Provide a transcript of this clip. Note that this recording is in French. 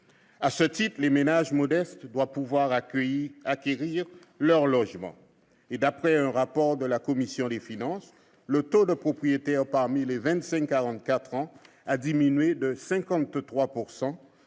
leur vie. Les ménages modestes doivent pouvoir acquérir leur logement. D'après le rapport de la commission des finances, le taux de propriétaires parmi les 25-44 ans a diminué de 53